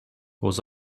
was